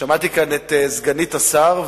שמעתי כאן את סגנית השר,